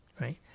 right